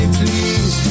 please